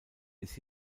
ist